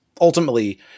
ultimately